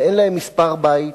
ואין להם מספר בית,